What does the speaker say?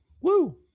Woo